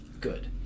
Good